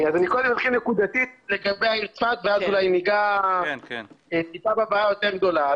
אני אתחיל נקודתית לגבי העיר צפת ואחר כך ניגע בבעיה היותר גדולה.